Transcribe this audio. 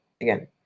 Again